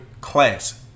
class